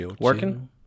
Working